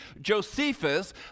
Josephus